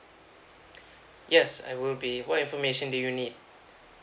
yes I will be what information do you need